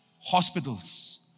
hospitals